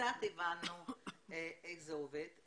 וקצת הבנו איך זה עובד.